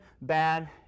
bad